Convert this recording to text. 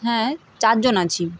হ্যাঁ চারজন আছি